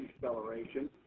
deceleration